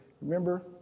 Remember